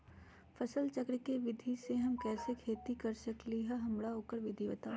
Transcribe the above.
फसल चक्र के विधि से हम कैसे खेती कर सकलि ह हमरा ओकर विधि बताउ?